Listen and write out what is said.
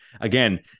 again